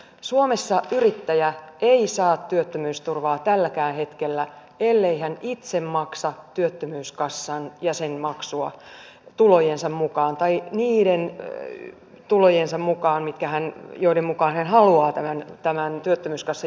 suomessa yrittäjä ei saa työttömyysturvaa tälläkään hetkellä ellei hän itse maksa työttömyyskassan jäsenmaksua niiden tulojensa mukaan joiden mukaan hän haluaa tämän työttömyyskassan jäsenmaksun maksaa